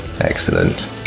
excellent